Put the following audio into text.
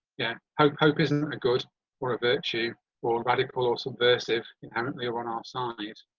yeah, hope hope isn't a good or a virtue or radical or subversive inherently are on our side.